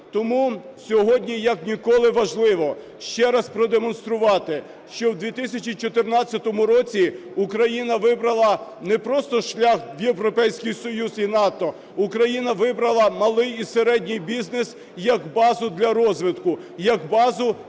Тому сьогодні як ніколи важливо ще раз продемонструвати, що в 2014 році Україна вибрала не просто шлях в Європейський Союз і НАТО, Україна вибрала малий і середній бізнес як базу для розвитку і як базу